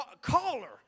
caller